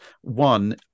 one